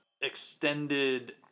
extended